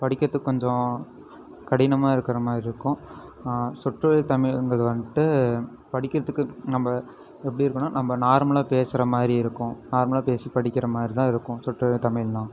படிக்கிறதுக்கு கொஞ்சம் கடினமாக இருக்கிற மாதிரி இருக்கும் சுற்று தமிழுங்குறது வந்துட்டு படிக்கிறதுக்கு நம்ப எப்படி இருக்குன்னால் நம்ம நார்மலாக பேசுகிற மாதிரி இருக்கும் நார்மலாக பேசி படிக்கிற மாதிரிதான் இருக்கும் சுற்று தமிழ்னா